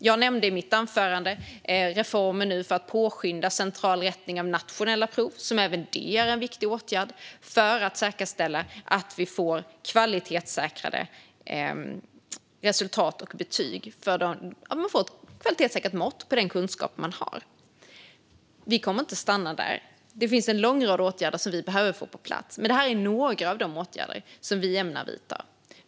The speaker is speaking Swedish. Jag nämnde i mitt anförande reformer för att påskynda central rättning av nationella prov, som även det är en viktig åtgärd för att säkerställa kvalitetssäkrade resultat och betyg för att få fram ett kvalitetssäkrat mått på den kunskap man har. Vi kommer inte att stanna där. Det finns en lång rad åtgärder som vi behöver få på plats, men det här är några av de åtgärder som vi ämnar vidta.